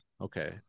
Okay